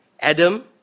Adam